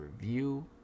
review